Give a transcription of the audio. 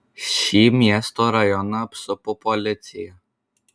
šį miesto rajoną apsupo policija